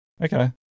Okay